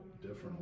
different